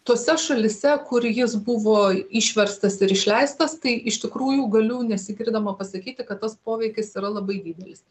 tose šalyse kur jis buvo išverstas ir išleistas tai iš tikrųjų galiu nesigirdama pasakyti kad tas poveikis yra labai didelis